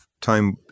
time